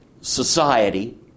society